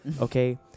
okay